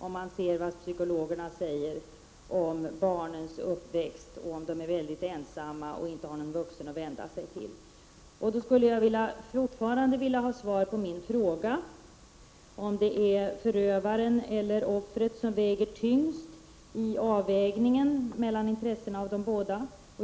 Man kan se till vad psykologerna säger om barnens uppväxt och om de är mycket ensamma och inte har någon vuxen att vända sig till. Jag skulle fortfarande vilja ha svar på min fråga om det är förövaren eller offret som väger tyngst i intresseavvägningen.